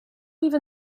even